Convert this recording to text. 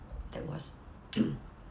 that was